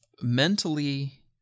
mentally